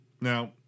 Now